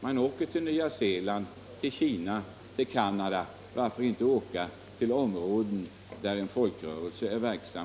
Man far ju till Nya Zeeland, Kina och Canada; varför inte i stället åka till områden där en folkrörelse är verksam?